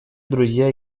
друзья